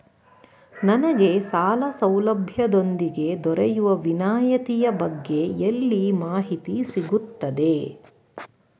ನನಗೆ ಸಾಲ ಸೌಲಭ್ಯದೊಂದಿಗೆ ದೊರೆಯುವ ವಿನಾಯತಿಯ ಬಗ್ಗೆ ಎಲ್ಲಿ ಮಾಹಿತಿ ಸಿಗುತ್ತದೆ?